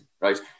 right